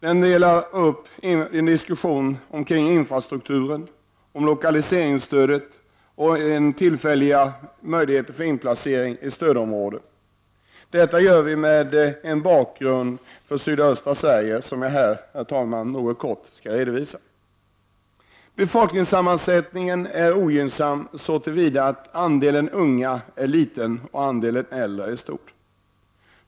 I den förs en diskussion kring infrastrukturen, lokaliseringsstödet och möjligheter till tillfällig inplacering i stödområde. Vi gör detta mot bakgrund av följande läge för sydöstra Sverige, vilket jag här, herr talman, något kort skall redovisa. Befolkningssammansättningen än ogynnsam så till vida att andelen unga är liten och andelen äldre är stor.